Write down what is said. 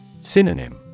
Synonym